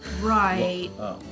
Right